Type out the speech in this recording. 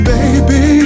Baby